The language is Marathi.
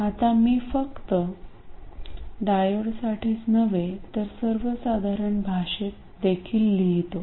आता मी फक्त डायोडसाठीच नव्हे तर सर्वसाधारण भाषेत देखील लिहितो